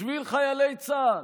בשביל חיילי צה"ל,